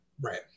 Right